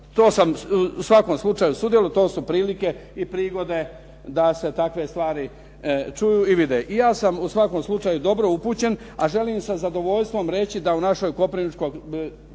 To sam u svakom slučaju sudjelovao, to su prilike i prigode da se takve stvari čuju i vide. I ja sam u svakom slučaju dobro upućen a želim sa zadovoljstvom reći da u našoj Koprivničko-križevačkoj